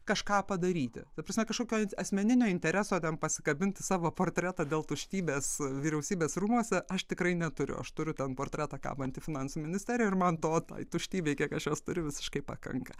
kažką padaryti ta prasme kažkokio asmeninio intereso ten pasikabinti savo portretą dėl tuštybės vyriausybės rūmuose aš tikrai neturiu aš turiu ten portretą kabantį finansų ministerijoj ir man to tai tuštybei kiek aš jos turiu visiškai pakanka